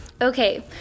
okay